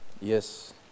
Yes